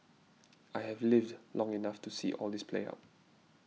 I have lived long enough to see all this play out